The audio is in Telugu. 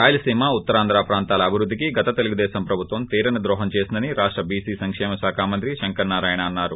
రాయలసీమ ఉత్తరాంధ్ర ప్రాంతాల అభివృద్ధికి గత తెలుగుదేశం ప్రభుత్వం తీరని ద్రోహం చేసిందని రాష్ట బీసీ సంక్షేమ శాఖ మంత్రి శంకర్ నారాయణ అన్నారు